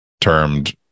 termed